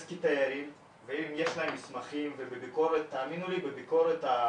כתיירים ואם יש להם מסמכים ובביקורת הדרכונים,